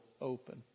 open